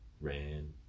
ran